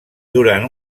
durant